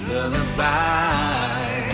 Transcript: Lullaby